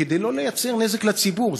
כדי שלא לייצר נזק לציבור.